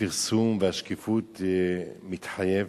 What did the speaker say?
הפרסום והשקיפות מתחייבים.